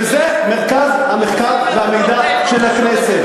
וזה מרכז המחקר והמידע של הכנסת.